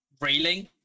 railing